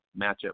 matchup